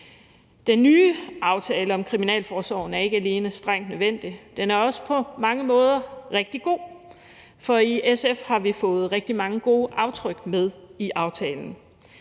Den nye aftale om kriminalforsorgen er ikke bare strengt nødvendig; den er også på mange måder rigtig god, for i SF har vi jo fået rigtig mange gode aftryk med i aftalen.